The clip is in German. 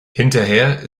hinterher